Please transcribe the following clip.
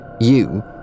You